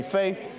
faith